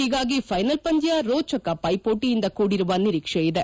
ಹೀಗಾಗಿ ಫೈನಲ್ ಪಂದ್ಯ ರೋಚಕ ಪೈಪೋಟಿಯಿಂದ ಕೂಡಿರುವ ನಿರೀಕ್ಷೆಯಿದೆ